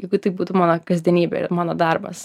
jeigu tai būtų mano kasdienybė ir mano darbas